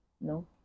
no